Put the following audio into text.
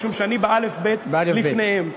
משום שאני באל"ף-בי"ת לפניהם,